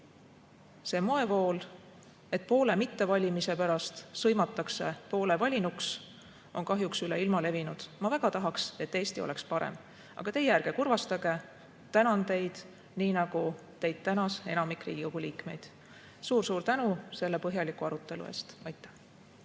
See moevool, et poole mitte valimise pärast sõimatakse poole valinuks, on kahjuks üle ilma levinud. Ma väga tahaks, et Eesti oleks parem. Aga teie ärge kurvastage. Tänan teid, nii nagu teid tänas enamik Riigikogu liikmeid. Suur-suur tänu selle põhjaliku arutelu eest!